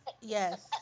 yes